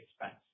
expense